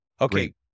Okay